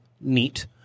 neat